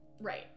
Right